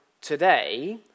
today